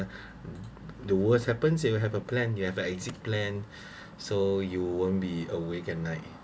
the worst happens you will have a plan you have an exit plan so you won't be awake at night